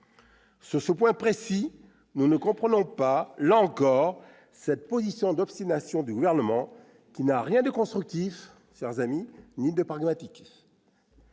Sur ce point précis, nous ne comprenons pas, là encore, l'obstination du Gouvernement, qui n'a rien de constructif ni de pragmatique